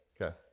Okay